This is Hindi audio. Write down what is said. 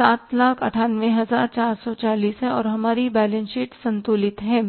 798440 है और हमारी बैलेंस शीट संतुलित है